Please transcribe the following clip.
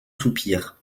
soupirs